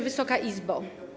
Wysoka Izbo!